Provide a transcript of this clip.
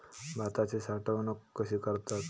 भाताची साठवूनक कशी करतत?